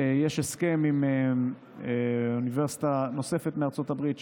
יש הסכם עם אוניברסיטה נוספת מארצות הברית,